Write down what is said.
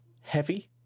heavy